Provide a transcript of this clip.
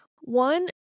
One